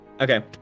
Okay